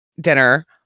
dinner